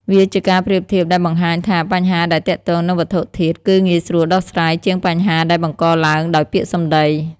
វាជាការប្រៀបធៀបដែលបង្ហាញថា បញ្ហាដែលទាក់ទងនឹងវត្ថុធាតុ គឺងាយស្រួលដោះស្រាយជាងបញ្ហាដែលបង្កឡើងដោយពាក្យសម្ដី។